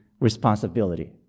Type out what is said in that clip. responsibility